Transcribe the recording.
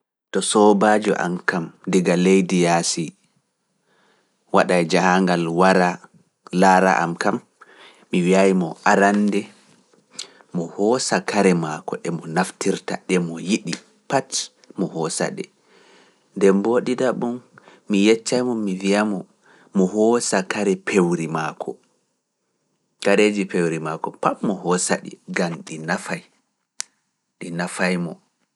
To soobaajo am kam, diga leydi yaasi, waɗa e jahaangal wara laara am kam, mi wi'aay mo arannde mo hosa kare maako, emo naftirta ɗe mo yiɗi, pati mo hosa ɗe.